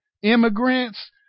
immigrants